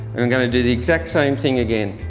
i'm going to do the exact same thing again.